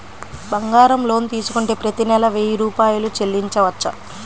బంగారం లోన్ తీసుకుంటే ప్రతి నెల వెయ్యి రూపాయలు చెల్లించవచ్చా?